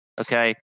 Okay